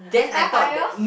star fire